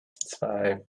zwei